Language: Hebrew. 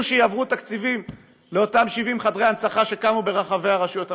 שיעברו תקציבים לאותם 70 חדרי הנצחה שקמו ברחבי הרשויות המקומיות.